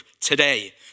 today